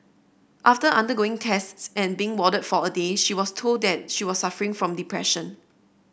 after undergoing tests and being warded for a day she was told that she was suffering from depression